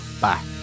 Bye